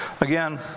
again